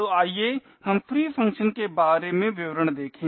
तो आइए हम free फ़ंक्शन के बारे में विवरण देखें